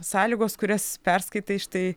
sąlygos kurias perskaitai štai